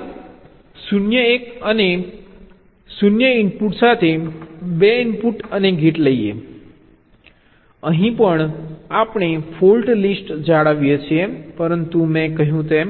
ચાલો 0 1 અને 0 ઇનપુટ્સ સાથે 2 ઇનપુટ અને ગેટ લઇએ અહીં પણ આપણે ફોલ્ટ લિસ્ટ જાળવીએ છીએ પરંતુ મેં કહ્યું તેમ